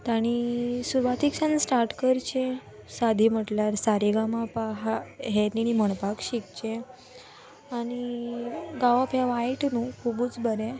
तांणी सुरवातेक्षान स्टार्ट करचें सादी म्हटल्यार सा रे गा मा पा हा हें तिणें म्हणपाक शिकचें आनी गांवप हें वायट न्हू खुबूच बरें